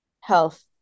health